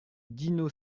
dino